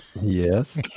yes